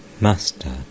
Master